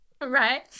right